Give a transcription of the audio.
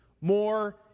more